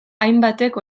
hainbatek